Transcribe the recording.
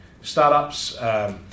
startups